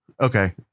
okay